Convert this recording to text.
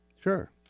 Sure